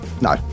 no